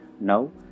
Now